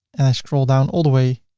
and i scroll down all the way,